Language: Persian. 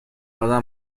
عذر